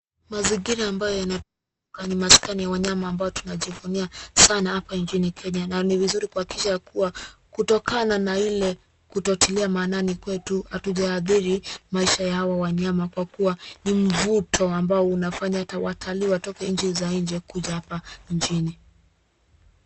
Mazingira ambayo ni maskani ya wanyama ambao tunajivunia sana hapa nchini kenya na ni vizuri kuhakikisha ya kuwa kutokana na ile kutotilia maanani kwetu hatujaadhiri maisha ya hao wanyama Kwa kuwa ni mvuto ambao unafanya hata watalii watoke nchi za nje kuja hapa nchini.